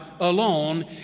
alone